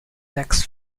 text